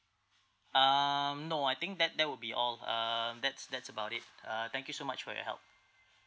um no I think that that will be all um that's that's about it uh thank you so much for your help